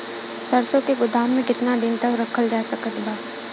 सरसों के गोदाम में केतना दिन तक रखल जा सकत बा?